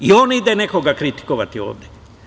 I on ide nekoga kritikovati ovde.